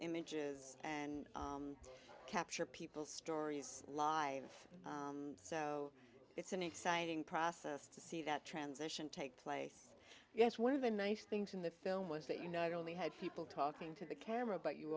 images and capture people's stories live so it's an exciting process to see that transition take place yes one of the nice things in the film was that you know it only had people talking to the camera but you